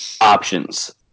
options